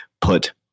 Put